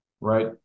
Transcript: Right